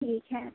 ठीक है